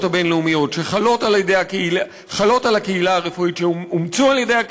הבין-לאומיות שחלות על הקהילה הרפואית,